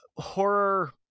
Horror